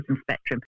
spectrum